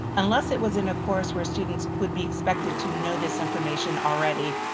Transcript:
unless it was in a course where students would be expected to know this information already,